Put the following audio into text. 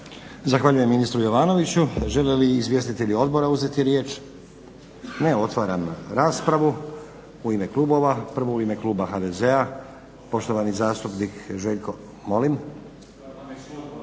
Zahvaljujem ministru Jovanoviću. Žele li izvjestitelji odbora uzeti riječ? Ne. Otvaram raspravu u ime klubova. Prvo u ime kluba HDZ-a poštovani zastupnik Željko